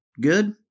good